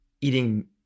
eating